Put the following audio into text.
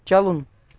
چلُن